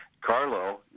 Carlo